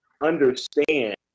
understand